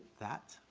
that,